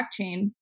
blockchain